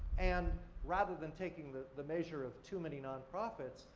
and, rather than taking the the measure of too many non-profits,